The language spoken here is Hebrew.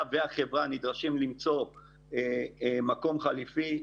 והחברה נדרשות למצוא מקום חליפי.